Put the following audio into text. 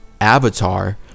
avatar